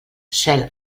cel